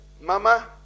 Mama